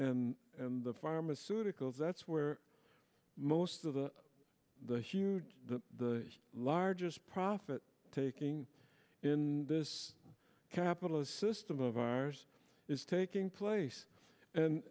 and the pharmaceuticals that's where most of the the huge the largest profit taking in this capitalist system of ours is taking place and